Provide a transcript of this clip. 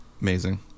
Amazing